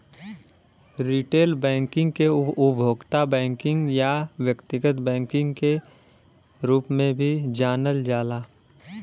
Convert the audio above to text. retail banking के उपभोक्ता banking या व्यक्तिगत बैंकिंग के रूप में भी जानल जाला